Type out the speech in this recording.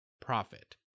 profit